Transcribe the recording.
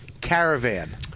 Caravan